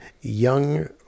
young